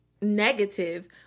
negative